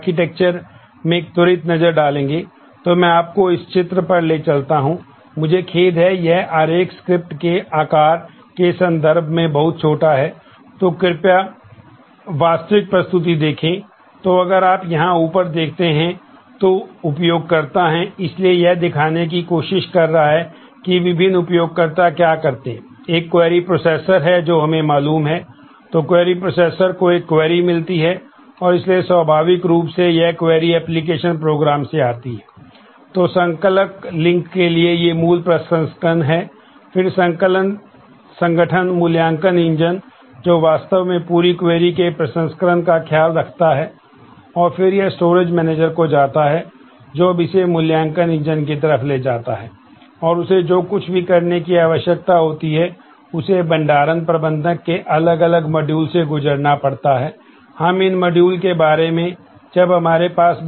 तो संकलक लिंक के लिए ये मूल प्रसंस्करण हैं फिर संकलक संगठन मूल्यांकन इंजन जो वास्तव में पूरी क्वेरी होगा वहां बात करेंगे